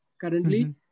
currently